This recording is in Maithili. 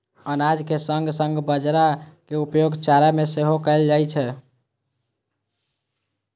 अनाजक संग संग बाजारा के उपयोग चारा मे सेहो कैल जाइ छै